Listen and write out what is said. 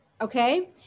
Okay